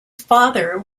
father